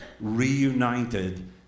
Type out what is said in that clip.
reunited